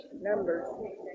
Numbers